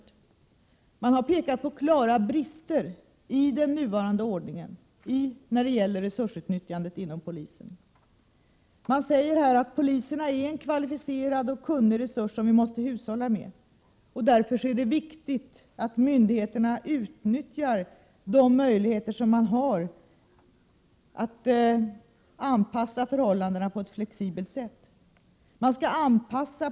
I rapporten pekas på klara brister i den nuvarande ordningen när det gäller resursutnyttjandet inom polisen. Det sägs att polisen är en kvalificerad och kunnig resurs, som vi måste hushålla med. Därför är det viktigt att myndigheterna utnyttjar de möjligheter som finns att anpassa förhållandena på ett flexibelt sätt.